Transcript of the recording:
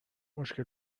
مشکل